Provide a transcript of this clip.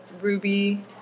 Ruby